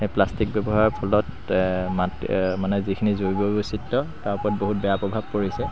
সেই প্লাষ্টিক ব্যৱহাৰৰ ফলত মাট্ মানে যিখিনি জৈৱ বৈচিত্ৰ তাৰ ওপৰত বহুত বেয়া প্ৰভাৱ পৰিছে